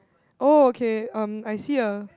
oh okay um I see a